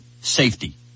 safety